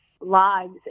lives